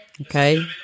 Okay